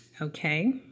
okay